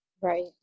Right